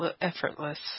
effortless